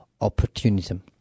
opportunism